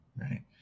Right